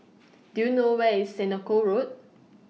Do YOU know Where IS Senoko Road